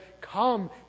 come